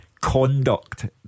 Conduct